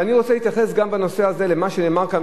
אני רוצה להתייחס גם בנושא הזה למה שנאמר כאן